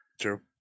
True